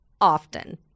often